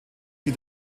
sie